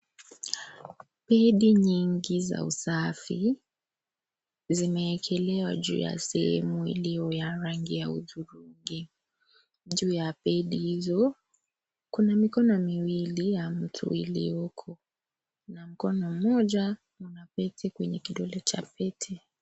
Pedi nyingi za usafi zimeekelewa juu ya simu iliyo ya rangi ya hudhurungi ,juu ya pedi hizo kuna mikono miwili ya mtu iliyoko na mkono moja, kuna pete Kwenye kidole cha pete .